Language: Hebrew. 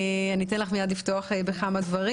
אני אתן לך מיד לפתוח בכמה דברים.